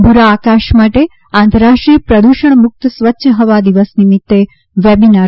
ભૂરા આકાશ માટે આંતરરાષ્ટ્રીય પ્રદૂષણમુક્ત સ્વચ્છ હવા દિવસ નિમિત્ત વેબીનાર